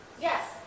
Yes